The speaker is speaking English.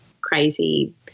crazy